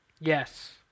Yes